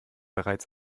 bereits